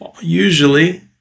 usually